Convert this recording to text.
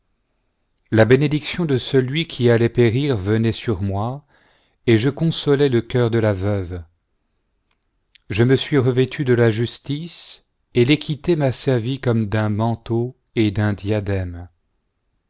la bénédiction de celui qui allait périr venait sur moi et je consolais le cœur de la veuve je me suis revêtu de la justice et l'équité m'a servi comme d'un manteau et d'un diadème